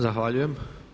Zahvaljujem.